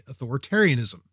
authoritarianism